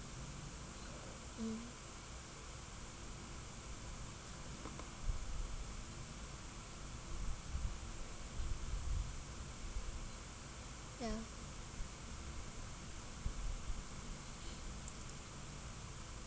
mm ya